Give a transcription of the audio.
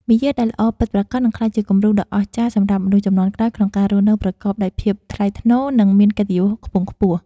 មារយាទដែលល្អពិតប្រាកដនឹងក្លាយជាគំរូដ៏អស្ចារ្យសម្រាប់មនុស្សជំនាន់ក្រោយក្នុងការរស់នៅប្រកបដោយភាពថ្លៃថ្នូរ និង មានកិត្តិយសខ្ពង់ខ្ពស់។